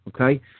Okay